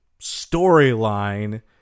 storyline